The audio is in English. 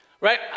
right